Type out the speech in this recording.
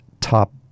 top